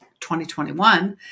2021